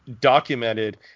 documented